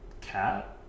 cat